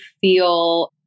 feel